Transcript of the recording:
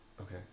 Okay